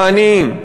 העניים,